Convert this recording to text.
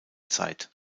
zeit